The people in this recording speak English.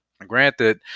granted